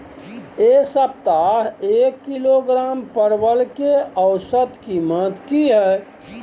ऐ सप्ताह एक किलोग्राम परवल के औसत कीमत कि हय?